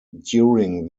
during